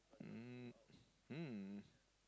um mm